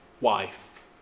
wife